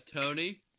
Tony